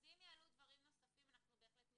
אז אם יעלו דברים נוספים אנחנו בהחלט נתייחס.